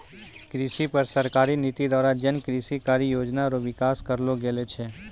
कृषि पर सरकारी नीति द्वारा जन कृषि कारी योजना रो विकास करलो गेलो छै